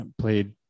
played